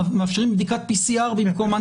מאפשרים בדיקת PCR במקום אנטיגן,